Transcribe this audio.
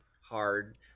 hard